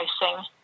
pricing